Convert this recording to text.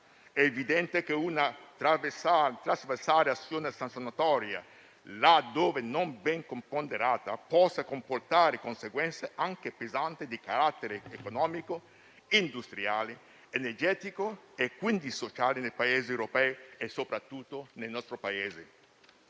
È evidente che una trasversale azione sanzionatoria, laddove non ben ponderata, può comportare conseguenze anche pesanti di carattere economico, industriale, energetico e quindi sociale nei Paesi europei, e soprattutto nel nostro Paese.